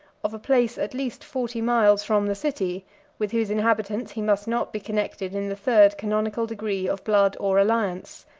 of a place at least forty miles from the city with whose inhabitants he must not be connected in the third canonical degree of blood or alliance.